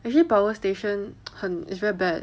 actually power station 很 it's very bad